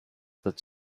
that